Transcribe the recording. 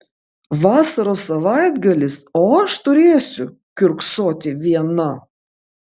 vasaros savaitgalis o aš turėsiu kiurksoti viena